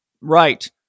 Right